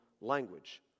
language